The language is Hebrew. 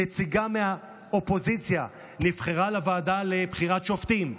נציגה מהאופוזיציה נבחרה לוועדה לבחירת שופטים,